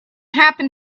happen